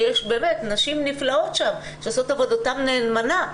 ויש באמת נשים נפלאות שם שעושות את עבודתן נאמנה,